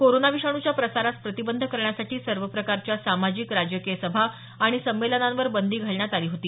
corona विषाणूच्या प्रसारास प्रतिबंध करण्यासाठी सर्व प्रकारच्या सामाजिक राजकीय सभा आणि संमेलनांवर बंदी घालण्यात आली होती